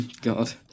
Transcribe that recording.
God